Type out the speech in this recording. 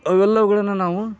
ಅವೆಲ್ಲವುಗಳನ್ನು ನಾವು